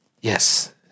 Yes